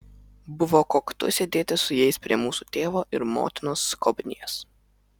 buvo koktu sėdėti su jais prie mūsų tėvo ir motinos skobnies